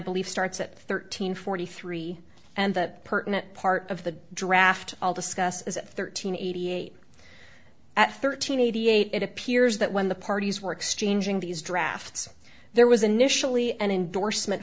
believe starts at thirteen forty three and the pertinent part of the draft discussed is thirteen eighty eight at thirteen eighty eight it appears that when the parties were exchanging these drafts there was initially an endorsement